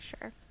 sure